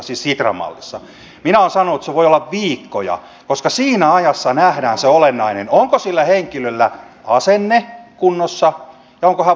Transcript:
minä olen sanonut että se voi olla viikkoja koska siinä ajassa nähdään se olennainen onko sillä henkilöllä asenne kunnossa ja onko hän valmis siihen tehtävään